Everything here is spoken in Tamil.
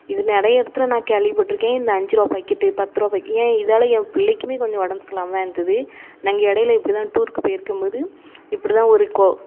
இது நிறைய இடத்துல நான் கேள்விப்பட்டுருக்கேன் இந்த அஞ்சுருபா பாக்கெட்டு பத்துருபா பாக்கெட் ஏன் இதால என் பிள்ளைக்குமே கொஞ்ச உடம்பு சரில்லாமல் தான் இருந்தது நாங்கள் இடையில இப்படிதான் டூருக்கு போய்ருக்கும்போது இப்படிதான் ஒரு